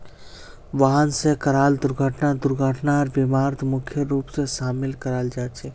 वाहन स कराल दुर्घटना दुर्घटनार बीमात मुख्य रूप स शामिल कराल जा छेक